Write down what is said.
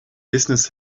business